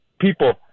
people –